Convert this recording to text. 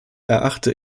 erachte